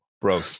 Bro